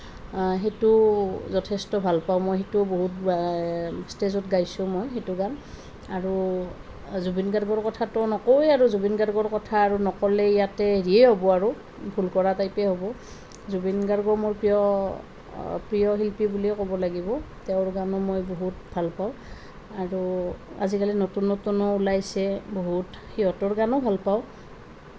সেইটোও যথেষ্ট ভাল পাওঁ মই সেইটোও বহুত ষ্টেজত গাইছোঁ মই সেইটো গান আৰু জুবিন গাৰ্গৰ কথাটো নকওঁৱেই আৰু জুবিন গাৰ্গৰ কথা আৰু নক'লে আৰু ইয়াত হেৰিয়ে হ'ব আৰু ভুল কৰা টাইপেই হ'ব জুবিন গাৰ্গো মোৰ প্ৰিয় প্ৰিয় শিল্পী বুলিয়েই ক'ব লাগিব তেওঁৰ গানো মই বহুত ভাল পাওঁ আৰু আজিকালি নতুন নতুনো ওলাইছে বহুত সিহঁতৰ গানো ভাল পাওঁ